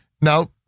Now